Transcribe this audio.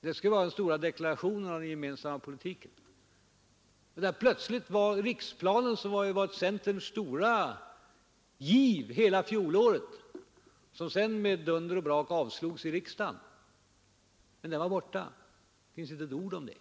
Det skulle vara den stora deklarationen om den gemensamma politiken, men plötsligt var riksplanen borta — som varit centerns stora giv under hela fjolåret och sedan med dunder och brak avslogs i riksdagen. Det finns inte ett ord om den.